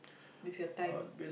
with your time